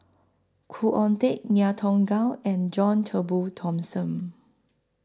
Khoo Oon Teik Ngiam Tong Gow and John Turnbull Thomson